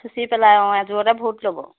চুচি পেলাই অঁ এযোৰতে বহুত ল'ব